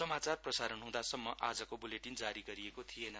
समाचार प्रसारण हुँदासम्म आजको बुलेटिन जारी गरिएको थिइन